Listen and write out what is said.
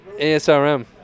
ASRM